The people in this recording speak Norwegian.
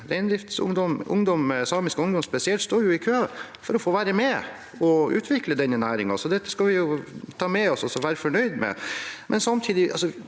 samisk ungdom står i kø for å få være med og utvikle denne næringen. Det skal vi ta med oss og være fornøyde med.